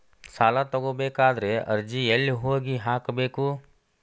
ಸಾಲ ತಗೋಬೇಕಾದ್ರೆ ಅರ್ಜಿ ಎಲ್ಲಿ ಹೋಗಿ ಹಾಕಬೇಕು?